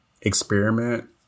experiment